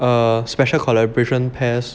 a special collaboration pass